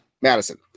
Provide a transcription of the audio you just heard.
Madison